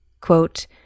quote